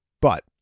But